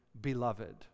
beloved